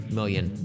million